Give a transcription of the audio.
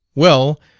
well,